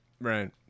right